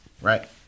right